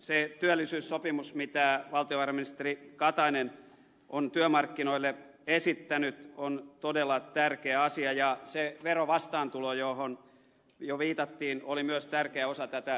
se työllisyyssopimus mitä valtiovarainministeri katainen on työmarkkinoille esittänyt on todella tärkeä asia ja se verovastaantulo johon jo viitattiin oli myös tärkeä osa tätä teidän esitystänne